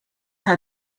how